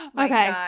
Okay